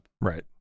Right